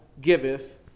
giveth